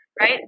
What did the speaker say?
right